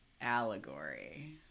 Allegory